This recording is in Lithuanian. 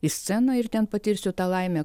į sceną ir ten patirsiu tą laimę